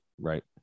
Right